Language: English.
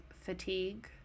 fatigue